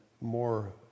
more